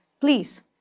Please